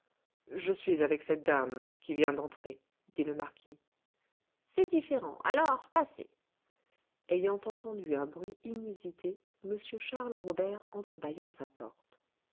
je suis avec cette dame qui vient d'entrer dit le marquis c'est différent alors passez ayant entendu un bruit inusité m charles robert entrebâilla sa porte